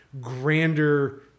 grander